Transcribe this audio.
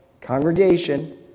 congregation